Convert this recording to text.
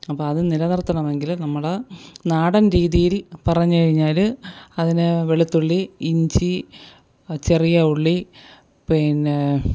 അപ്പോൾ അത് നിലനിർത്തണമെങ്കിൽ നമ്മൾ നാടൻരീതിയിൽ പറഞ്ഞുകഴിഞ്ഞാൽ അതിന് വെളുത്തുള്ളി ഇഞ്ചി ചെറിയ ഉള്ളി പിന്നെ